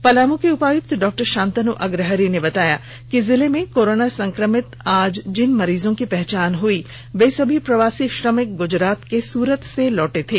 पलामू के उपायुक्त डॉक्टर शांतनु अग्रहरि ने बताया कि जिले में कोरोना संक्रमित आज जिन मरीजों की पहचान हुई है वे सभी प्रवासी श्रमिक गुजरात के सूरत से लौटे थे